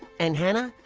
and hanah.